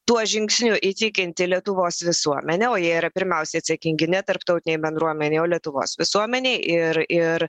tuo žingsniu įtikinti lietuvos visuomenę o jie yra pirmiausia atsakingi ne tarptautinei bendruomenei o lietuvos visuomenei ir ir